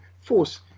force